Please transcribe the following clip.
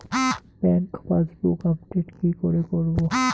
Bank passbook update কি করে করবো?